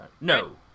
No